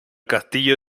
castillo